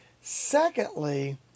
Secondly